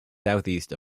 southeast